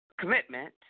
commitment